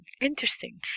interesting